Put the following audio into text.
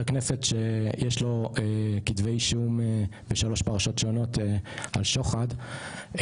כנסת שיש לו כתבי אישום בשלוש פרשות שונות על שוחד,